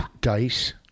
Dice